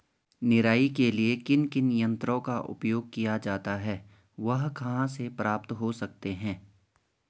निराई के लिए किन किन यंत्रों का उपयोग किया जाता है वह कहाँ प्राप्त हो सकते हैं?